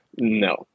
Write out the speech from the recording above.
No